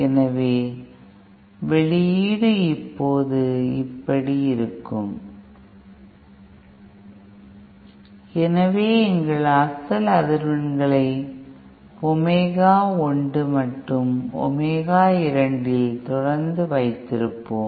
எனவே வெளியீடு இப்போது இப்படி இருக்கும் எனவே எங்கள் அசல் அதிர்வெண்களை ஒமேகா 1 மற்றும் ஒமேகா 2 இல் தொடர்ந்து வைத்திருப்போம்